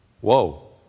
Whoa